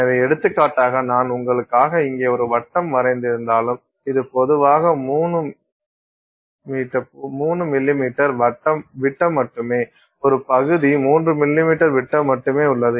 எனவே எடுத்துக்காட்டாக நான் உங்களுக்காக இங்கே ஒரு வட்டம் வரைந்திருந்தாலும் இது பொதுவாக 3 மீ 3 மில்லிமீட்டர் விட்டம் மட்டுமே ஒரு பகுதி 3 மில்லிமீட்டர் விட்டம் மட்டுமே உள்ளது